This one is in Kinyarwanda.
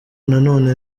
nanone